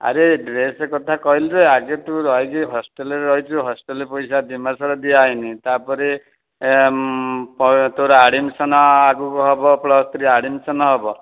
ଆରେ ଡ୍ରେସ୍ କଥା କହିଲୁ ଯେ ଆଗେ ତୁ ରହିକି ହଷ୍ଟେଲ୍ରେ ରହିଛୁ ହଷ୍ଟେଲ୍ର ପଇସା ଦୁଇ ମାସର ଦିଆହେଇନି ତା'ପରେ ତୋର ଆଡ଼୍ମିସନ୍ ଆଗକୁ ହେବ ପ୍ଲସ୍ ଥ୍ରୀ ଆଡ଼୍ମିସନ୍ ହେବ